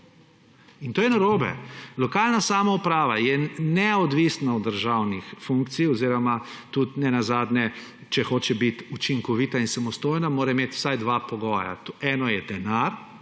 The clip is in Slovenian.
In to je narobe. Lokalna samouprava je neodvisna od državnih funkcij. Če hoče biti učinkovita in samostojna, mora imeti vsaj dva pogoja. Eno je denar,